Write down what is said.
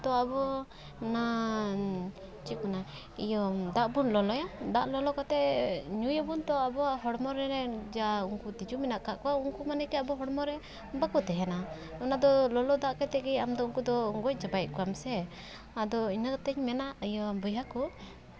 ᱛᱳ ᱟᱵᱚ ᱚᱱᱟ ᱪᱮᱫ ᱠᱚ ᱢᱮᱱᱟ ᱤᱭᱟᱹ ᱫᱟᱜ ᱵᱚᱱ ᱞᱚᱞᱚᱭᱟ ᱫᱟᱜ ᱞᱚᱞᱚ ᱠᱟᱛᱮᱜ ᱧᱩᱭᱟᱵᱚᱱ ᱛᱚ ᱟᱵᱚᱣᱟᱜ ᱦᱚᱲᱢᱚ ᱨᱮ ᱡᱟ ᱩᱱᱠᱩ ᱛᱤᱡᱩ ᱢᱮᱱᱟᱜ ᱠᱟᱜ ᱠᱚᱣᱟ ᱩᱱᱠᱩ ᱢᱟᱱᱮᱜᱮ ᱟᱵᱚ ᱦᱚᱲᱢᱚ ᱨᱮ ᱵᱟᱠᱚ ᱛᱟᱦᱮᱱᱟ ᱚᱱᱟ ᱫᱚ ᱞᱚᱞᱚ ᱫᱟᱜ ᱠᱟᱛᱮᱜ ᱜᱮ ᱟᱢᱫᱚ ᱩᱱᱠᱩ ᱫᱚ ᱜᱚᱡ ᱪᱟᱵᱟᱭᱮᱫ ᱠᱚᱣᱟᱢ ᱥᱮ ᱟᱫᱚ ᱤᱱᱟᱹᱛᱤᱧ ᱢᱮᱱᱟ ᱤᱭᱟᱹ ᱵᱚᱭᱦᱟ ᱠᱚ